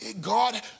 God